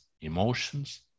emotions